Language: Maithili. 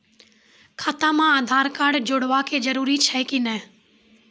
खाता म आधार कार्ड जोड़वा के जरूरी छै कि नैय?